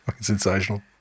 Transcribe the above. sensational